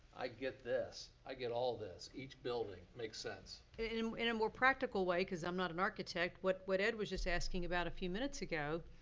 i get this, i get all this, each building makes sense. in in a more practical way, cause i'm not an architect, what what ed was just asking about a few minutes ago,